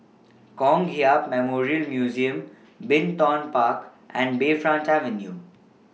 Kong Hiap Memorial Museum Bin Tong Park and Bayfront Avenue